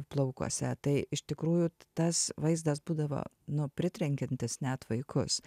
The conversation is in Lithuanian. plaukuose tai iš tikrųjų tas vaizdas būdavo nu pritrenkiantis net vaikus